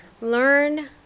Learn